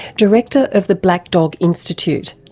director of the black dog institute,